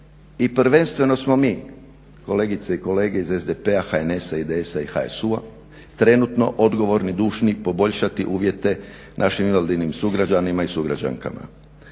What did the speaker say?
i prvenstveno smo mi kolegice i kolege iz SDP-a, HNS-a, IDS-a i HSU-a trenutno odgovorni, dušni poboljšati uvjete našim invalidnim sugrađanima i sugrađankama.